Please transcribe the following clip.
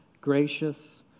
gracious